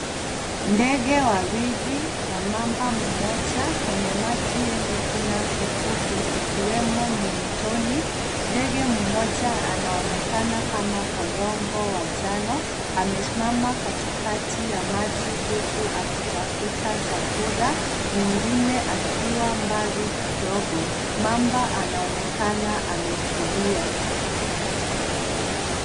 Ndege wawili na mamba mmoja kwenye maji yenye kina kifupi ikiwemo ni mtoni. Ndege mmoja anaonekana kama korongo wa njano. Amesimama katikati ya maji huku akitafuta chakula. Mwingine akiwa mbali kidogo. Mamba anaonekana ametulia.